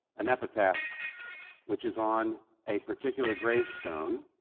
an epitaph which is on a particular gravestone,